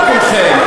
לא כולכם,